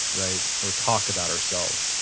right, or talk about ourselves.